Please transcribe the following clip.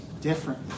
Different